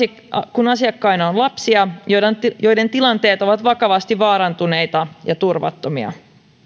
kun asiakkaina on lapsia joiden tilanteet ovat vakavasti vaarantuneita ja turvattomia